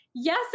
Yes